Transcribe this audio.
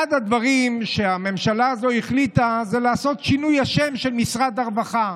אחד הדברים שהממשלה הזו החליטה הוא לעשות שינוי שם למשרד הרווחה.